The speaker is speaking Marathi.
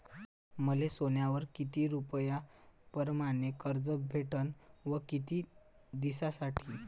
मले सोन्यावर किती रुपया परमाने कर्ज भेटन व किती दिसासाठी?